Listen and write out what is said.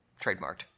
Trademarked